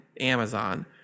Amazon